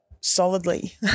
solidly